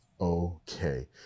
okay